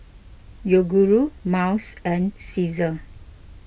Yoguru Miles and Cesar